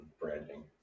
branding